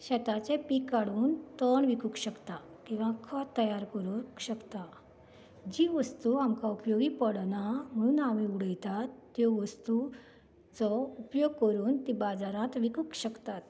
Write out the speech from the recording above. शेताचें पीक काडून तण विकूंक शकता किंवा खत तयार करूंक शकता जी वस्तू आमकां उपयोगी पडना म्हणून आमी उडयतात त्यो वस्तूंचो उपयोग करून ती बाजारांत विकूंक शकतात